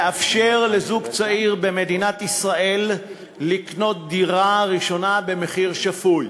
לאפשר לזוג צעיר במדינת ישראל לקנות דירה ראשונה במחיר שפוי.